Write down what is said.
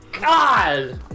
god